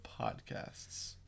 podcasts